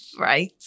right